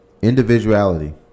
Individuality